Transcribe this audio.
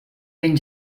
ben